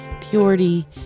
Purity